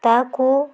ତାକୁ